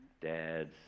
Dads